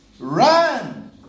Run